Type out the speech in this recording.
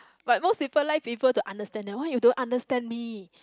but most people like people to understand them why you don't understand me